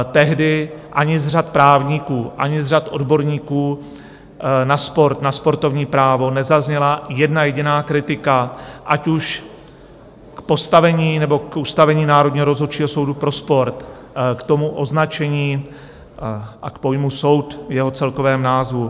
Tehdy ani z řad právníků, ani z řad odborníků na sport, na sportovní právo, nezazněla jedna jediná kritika, ať už k postavení, nebo k ustavení Národního rozhodčího soudu pro sport, k tomu označení a k pojmu soud v jeho celkovém názvu.